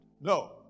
No